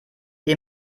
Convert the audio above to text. ihr